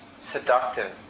seductive